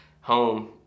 home